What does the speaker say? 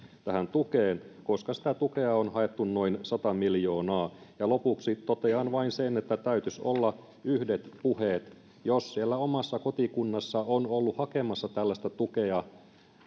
tähän tukeen koska sitä tukea on haettu noin sata miljoonaa lopuksi totean vain sen että täytyisi olla yhdet puheet jos siellä omassa kotikunnassa on ollut hakemassa tällaista tukea